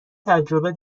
تجربه